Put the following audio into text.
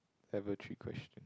level three question